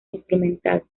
instrumental